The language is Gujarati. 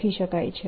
લખી શકાય છે